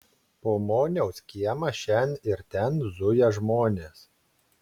po moniaus kiemą šen ir ten zuja žmonės